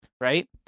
right